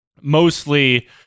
mostly